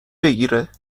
بگیره